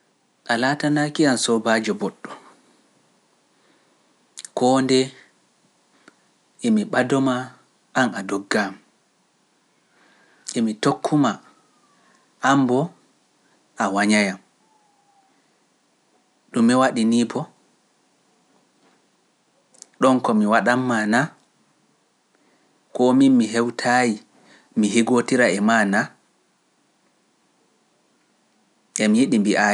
A laatanaaki am soobaajo boɗɗo, koo nde emi ɓado maa an a doggaoo min mi hewtaayi, mi higotira e maa naa? Em yeeɗi mbi'aaka.